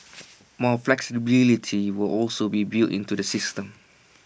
more flexibility will also be built into the system